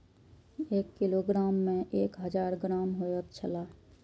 एक किलोग्राम में एक हजार ग्राम होयत छला